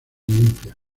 limpia